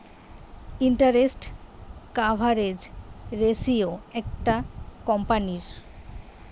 interest coverage ratio একটা কোম্পানীর